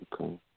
Okay